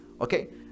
okay